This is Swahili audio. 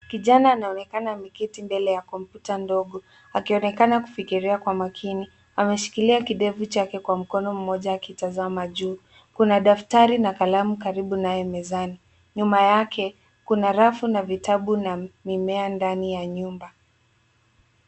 Kijana anaonekana ameketi mbele ya kompyuta ndogo, akionekana kufikiria kwa makini. Ameshikilia kidevu chake kwa mkono mmoja akitazama juu. Kuna daftari na kalamu karibu naye mezani. Nyuma yake, kuna rafu na vitabu na mimea ndani ya nyumba.